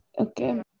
Okay